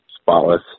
spotless